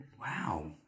Wow